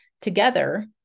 together